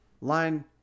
line